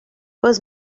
was